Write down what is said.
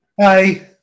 Hi